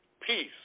peace